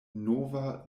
nova